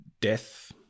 death